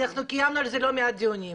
אנחנו קיימנו על זה לא מעט דיונים.